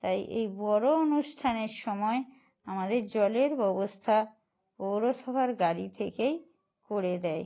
তাই এই বড় অনুষ্ঠানের সময়ে আমাদের জলের ব্যবস্থা পৌরসভার গাড়ি থেকেই করে দেয়